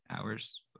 hours